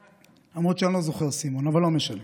למרות שאני לא זוכר סימון, אבל לא משנה.